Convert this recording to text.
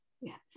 Yes